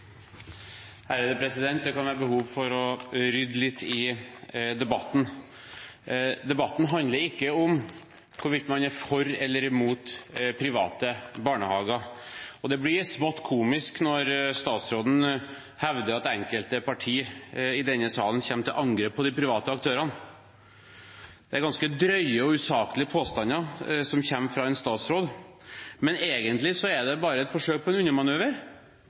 Det kan være behov for å rydde litt i debatten. Debatten handler ikke om hvorvidt man er for eller mot private barnehager. Det blir smått komisk når statsråden hevder at enkelte partier i denne sal går til angrep på de private aktørene – det er ganske drøye og usaklige påstander som kommer fra en statsråd. Men egentlig er det bare et forsøk på en